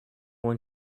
one